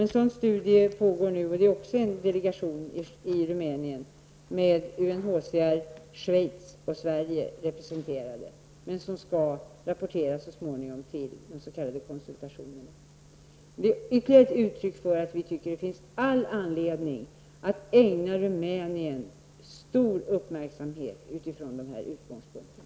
En sådan studie pågår nu genom en delegation i Rumänien med UNHCR, Schweiz och Sverige representerade, som så småningom skall rapportera till de s.k. konsultationerna. Det är ytterligare ett uttryck för att vi tycker att det finns all anledning att ägna Rumänien stor uppmärksamhet från dessa utgångspunkter.